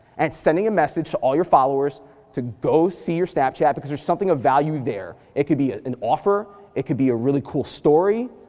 and sending a message to all your followers to go see your snapchat because there's something of value there. it could be an offer. it could be a really cool story,